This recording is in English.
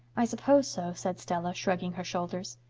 i suppose so, said stella, shrugging her shoulders.